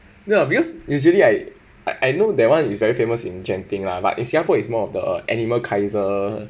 ya because usually I I I know that one is very famous in genting lah but in singapore is more of the animal kaiser